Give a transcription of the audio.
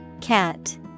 Cat